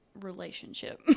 relationship